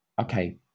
okay